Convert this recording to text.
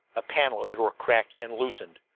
a panel of the door cracked and loosened.